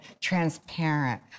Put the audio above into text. transparent